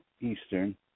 Eastern